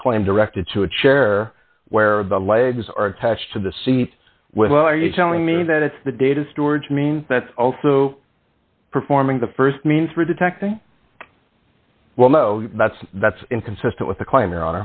patent claim directed to a chair where of the legs are attached to the seat well are you telling me that it's the data storage means that also performing the st means for detecting well no that's that's inconsistent with the claim